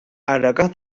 adakah